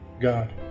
God